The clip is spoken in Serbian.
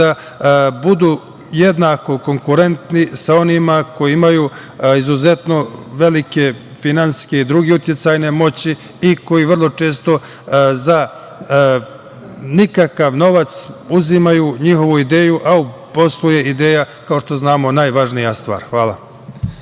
da budu jednako konkurentni sa onima koji imaju izuzetno velike finansijske i druge uticajne moći i koji vrlo često za nikakav novac uzimaju njihovu ideju, a u poslu je ideja, kao što znamo, najvažnija stvar. Hvala.